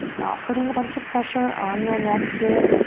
not putting a bunch of pressure on the neck here.